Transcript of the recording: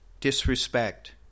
disrespect